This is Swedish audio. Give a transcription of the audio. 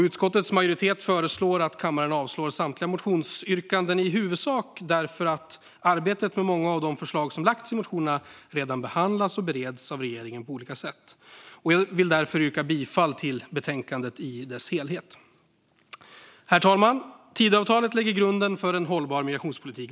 Utskottets majoritet föreslår att kammaren avslår samtliga motionsyrkanden, i huvudsak därför att arbetet med många av de förslag som lagts fram i motionerna redan behandlas och bereds av regeringen på olika sätt. Jag vill därför yrka bifall till utskottets förslag i dess helhet. Herr talman! Tidöavtalet lägger grunden för en hållbar migrationspolitik.